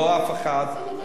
לא אף אחד,